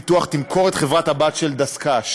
פיתוח תמכור את חברת הבת של דסק"ש.